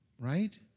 right